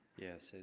yes, ah